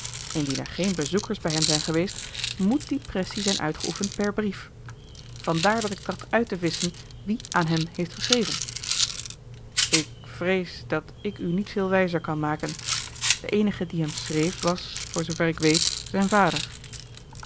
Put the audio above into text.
indien er geen bezoekers bij hem zijn geweest moet die pressie zijn uitgeoefend per brief vandaar dat ik tracht uit te visschen wie aan hem heeft geschreven ik vrees dat ik u niet veel wijzer kan maken de eenige die hem schreef was voor zoover ik weet zijn vader